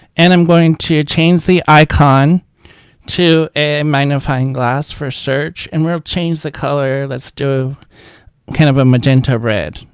and i'm going to change the icon to a magnifying glass for search and we'll change the color. let's do kind of a magenta red.